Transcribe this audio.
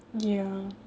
ya